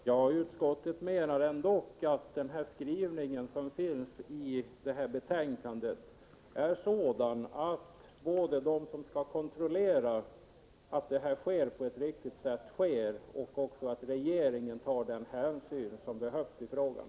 Herr talman! Utskottet menar ändock att skrivningen i betänkandet går ut på att både de som skall kontrollera att allting sker på ett riktigt sätt och regeringen skall ta den hänsyn som behövs i frågan.